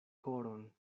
koron